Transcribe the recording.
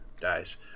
dies